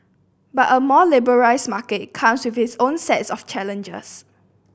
but a more liberalised market comes with its own set of challenges